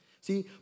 See